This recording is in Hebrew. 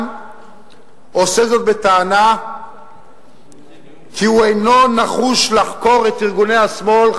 עושה זאת בטענה כי הוא אינו נחוש לחקור את ארגוני השמאל,